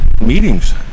meetings